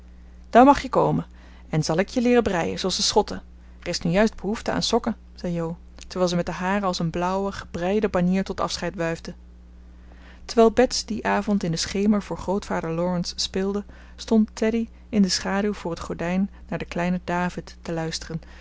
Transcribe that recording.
dan mag je komen en zal ik je leeren breien zooals de schotten er is nu juist behoefte aan sokken zei jo terwijl ze met de hare als een blauwe gebreide banier tot afscheid wuifde terwijl bets dien avond in den schemer voor grootvader laurence speelde stond teddy in de schaduw voor het gordijn naar de kleine david te luisteren